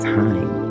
time